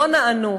לא נענו.